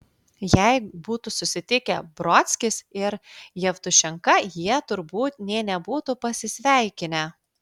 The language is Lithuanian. jei būtų susitikę brodskis ir jevtušenka jie turbūt nė nebūtų pasisveikinę